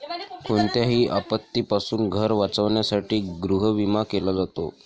कोणत्याही आपत्तीपासून घर वाचवण्यासाठी गृहविमा केला जातो